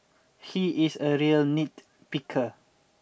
he is a real nitpicker